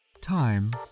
Time